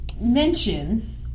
mention